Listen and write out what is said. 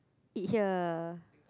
eat here